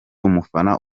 umufana